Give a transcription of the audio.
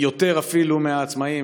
אפילו יותר מהעצמאים.